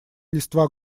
листва